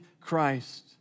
Christ